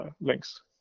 links